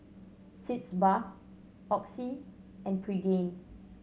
Sitz Bath Oxy and Pregain